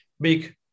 big